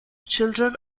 children